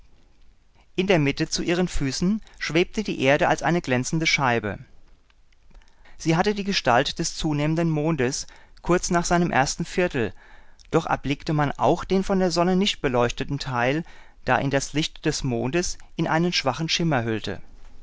in der mitte zu ihren füßen schwebte die erde als eine glänzende scheibe sie hatte die gestalt des zunehmenden mondes kurz nach seinem ersten viertel doch erblickte man auch den von der sonne nicht beleuchteten teil da ihn das licht des mondes in einen schwachen schimmer hüllte